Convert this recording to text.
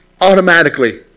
automatically